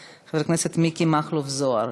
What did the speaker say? חבר הכנסת מיקי מכלוף זוהר,